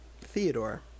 Theodore